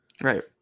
Right